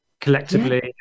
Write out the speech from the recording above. collectively